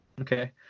okay